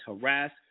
harass